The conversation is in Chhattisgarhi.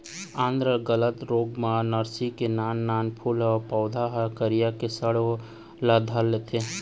आद्र गलन रोग म नरसरी के नान नान फूल के पउधा ह करिया के सड़े ल धर लेथे